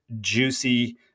juicy